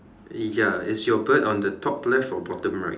ya is your bird on the top left or bottom right